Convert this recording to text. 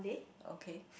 okay